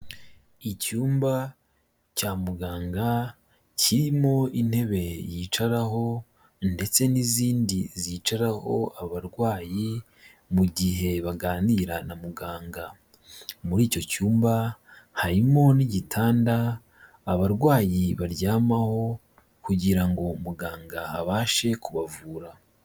Icyumba cya muganga kirimo intebe yicaraho, ndetse n'izindi zicaraho abarwayi mu gihe baganira na muganga, muri icyo cyumba harimo n'igitanda abarwayi baryamaho, kugira ngo muganga abashe kubavura.